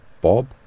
Bob